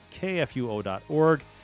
kfuo.org